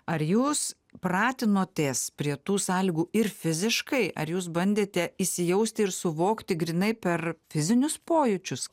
ar jūs pratinotės prie tų sąlygų ir fiziškai ar jūs bandėte įsijausti ir suvokti grynai per fizinius pojūčius